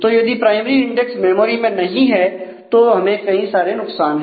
तो यदि primary index memory में नहीं है तो हमें कई सारे नुकसान है